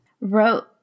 wrote